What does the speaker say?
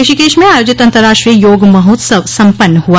ऋषिकेश में आयोजित अंतर्राष्ट्रीय योग महोत्सव समपन्न हआ